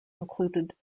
included